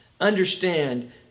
Understand